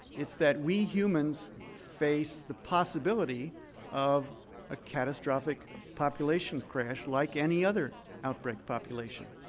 it's that we humans face the possibility of a catastrophic population crash like any other outbreak population.